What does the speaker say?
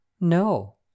No